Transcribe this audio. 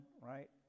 right